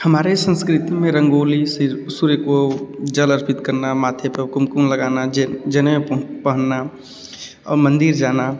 हमारे संस्कृति में रंगोली सूर्य को जल अर्पित करना माथे पे कुमकुम लगाना जनेऊ पहनना और मंदिर जाना